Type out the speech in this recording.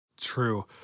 True